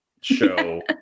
show